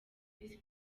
visi